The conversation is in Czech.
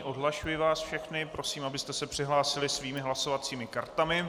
Odhlašuji vás všechny a prosím, abyste se přihlásili svými hlasovacími kartami.